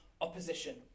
opposition